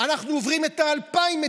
אנחנו עוברים את ה-2,000 מתים.